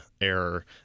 error